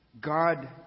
God